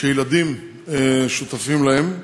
שילדים שותפים להן.